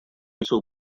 jsou